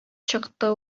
чыкты